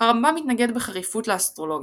הרמב"ם התנגד בחריפות לאסטרולוגיה.